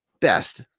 best